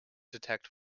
detect